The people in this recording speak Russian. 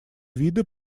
виды